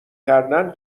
کردن